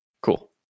Cool